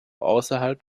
außerhalb